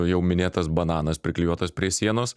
jau minėtas bananas priklijuotas prie sienos